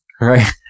Right